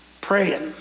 praying